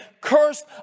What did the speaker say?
cursed